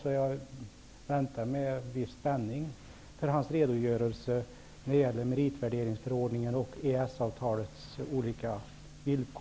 Jag väntar därför med viss spänning på hans redogörelse när det gäller meritvärderingsförordningen och EES-avtalets olika villkor.